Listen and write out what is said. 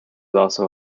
also